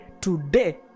Today